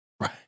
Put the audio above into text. right